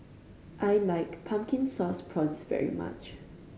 I like Pumpkin Sauce Prawns very much